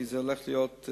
כי זה הולך להיות,